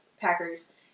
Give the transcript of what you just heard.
Packers